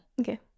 Okay